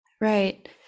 Right